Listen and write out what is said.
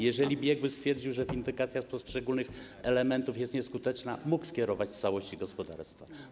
Jeżeli biegły stwierdził, że windykacja poszczególnych elementów jest nieskuteczna, mógł skierować w całości gospodarstwo.